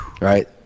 Right